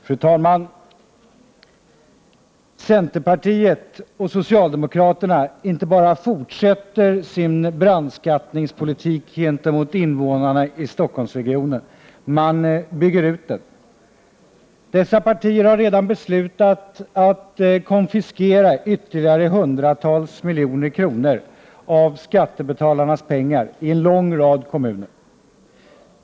Herr talman! Centerpartiet och socialdemokraterna inte bara fortsätter sin brandskattningspolitik gentemot invånarna i Stockholmsregionen — man bygger ut den. Dessa partier har redan beslutat att konfiskera ytterligare hundratals miljoner kronor av skattebetalarnas pengar i en lång rad kommuner.